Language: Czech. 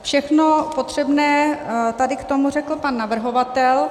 Všechno potřebné tady k tomu řekl pan navrhovatel.